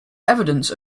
evidence